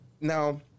now